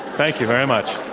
thank you very much.